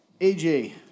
AJ